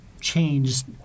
changed